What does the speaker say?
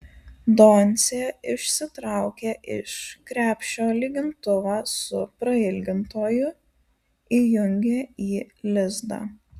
doncė išsitraukė iš krepšio lygintuvą su prailgintoju įjungė į lizdą